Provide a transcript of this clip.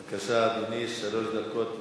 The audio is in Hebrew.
בבקשה, אדוני, שלוש דקות לרשותך.